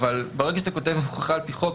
ברגע שאתה כותב הוכחה על פי חוק,